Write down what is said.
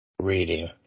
Reading